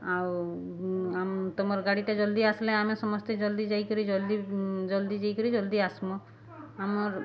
ଆଉ ତମର୍ ଗାଡ଼ିଟା ଜଲ୍ଦି ଆସ୍ଲେ ଆମେ ସମସ୍ତେ ଜଲ୍ଦି ଯାଇକରି ଜଲ୍ଦି ଯାଇକରି ଜଲ୍ଦି ଆସମୁ ଆମର୍